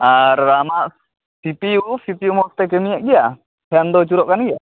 ᱟᱨ ᱟᱢᱟᱜ C P U C P U ᱢᱚᱥᱛᱮ ᱠᱟᱹᱢᱤᱭᱮᱫ ᱜᱮᱭᱟ ᱯᱷᱮᱱ ᱫᱚ ᱟᱹᱪᱩᱨᱚᱜ ᱠᱟᱱ ᱜᱮᱭᱟ